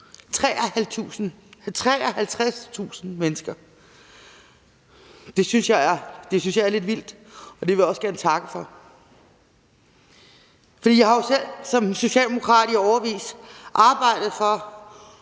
53.000 mennesker – det synes jeg er lidt vidt, og jeg vil også gerne takke for det. Jeg har jo selv som socialdemokrat i årevis arbejdet for